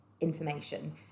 information